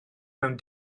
mewn